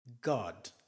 God